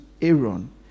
aaron